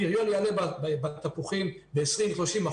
הפריון יעלה בתפוחים ב-20%-30%,